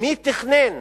מי תכנן,